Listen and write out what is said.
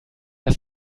das